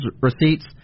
receipts